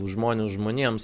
žmonės žmonėms